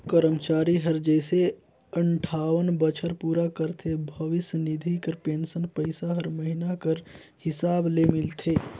करमचारी हर जइसे अंठावन बछर पूरा करथे भविस निधि कर पेंसन पइसा हर महिना कर हिसाब ले मिलथे